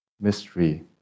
mystery